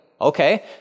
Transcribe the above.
Okay